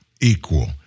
equal